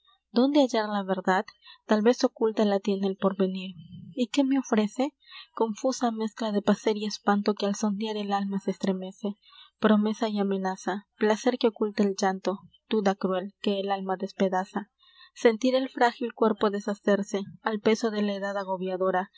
dónde hallar la verdad tal vez oculta la tiene el porvenir y qué me ofrece confusa mezcla de placer y espanto que al sondear el alma se estremece promesa y amenaza placer que oculta el llanto duda cruel que el alma despedaza sentir el frágil cuerpo deshacerse al peso de la edad agobiadora